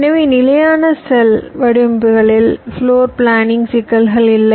எனவே நிலையான செல் வடிவமைப்புகளில் ஃப்ளோர் பிளானிங் சிக்கல்கள் இல்லை